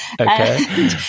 Okay